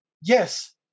Yes